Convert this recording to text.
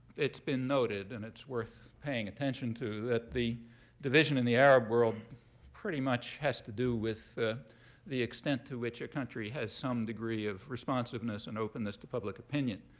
it's been noted, and it's worth paying attention to, that the division in the arab world pretty much has to do with ah the extent to which a country has some degree of responsiveness and openness to public opinion.